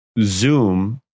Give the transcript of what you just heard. Zoom